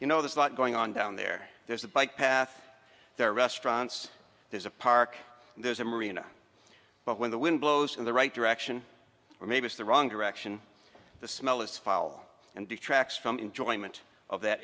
you know there's a lot going on down there there's a bike path there are restaurants there's a park there's a marina but when the wind blows in the right direction or maybe it's the wrong direction the smell is fall and detracts from enjoyment of that